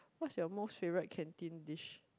what's your most favourite canteen dish